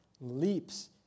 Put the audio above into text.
leaps